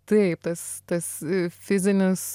taip tas tas fizinis